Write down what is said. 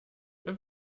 wenn